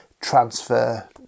transfer